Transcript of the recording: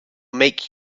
make